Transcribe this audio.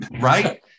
right